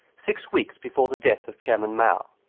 six weeks before the death of chairman mao.